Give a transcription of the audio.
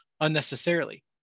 unnecessarily